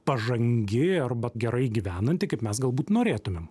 pažangi arba gerai gyvenanti kaip mes galbūt norėtumėm